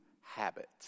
habit